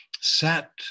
sat